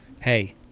hey